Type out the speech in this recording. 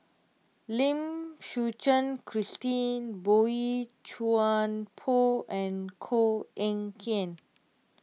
Lim Suchen Christine Boey Chuan Poh and Koh Eng Kian